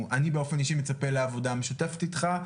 ואני באופן אישי מצפה לעבודה משותפת איתך.